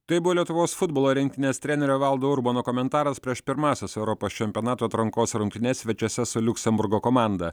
tai buvo lietuvos futbolo rinktinės trenerio valdo urbono komentaras prieš pirmąsias europos čempionato atrankos rungtynes svečiuose su liuksemburgo komanda